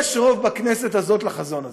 יש רוב בכנסת הזאת לחזון הזה.